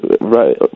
right